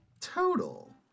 Total